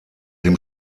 dem